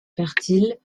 fertiles